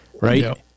right